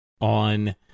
on